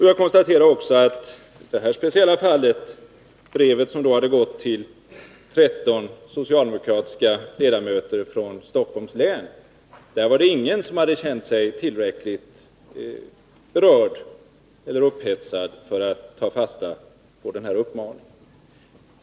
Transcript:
Jag konstaterar också att i det här speciella fallet med brevet, som hade gått till 13 socialdemokratiska ledamöter från Stockholms län, var det ingen som hade känt sig tillräckligt berörd eller upphetsad för att ta fasta på uppmaningen.